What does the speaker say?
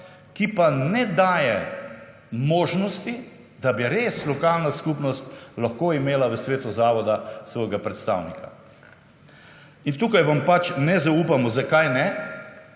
ki pa ne daje možnosti, da bi res lokalna skupnost lahko imela v Svetu zavoda svojega predstavnika. In tukaj vam pač ne zaupamo. Zakaj ne?